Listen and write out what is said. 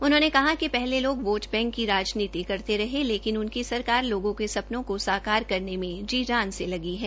उन्होंने कहा कि पहले लोग वोट बैंक की राजनीति करते रहे लेकिन उनकी सरकार लोगों के सपना को साकार में जी जान से लगी है